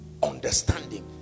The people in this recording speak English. understanding